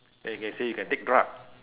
then you can say you can take drug